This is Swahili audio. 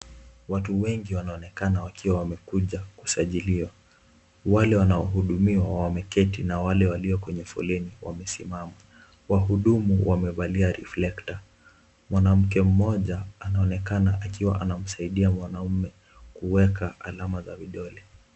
Watu wengi wanaonekana wakiwa wamekuja kusajiliwa wale wanaohudumiwa wameketi na wale walio kwenye foleni wamesimama, wahudumu wamevalia reflecta, mwanamke mmoja anaonekana akiwa anamsaidia mwanaume kuwe alama za vidole.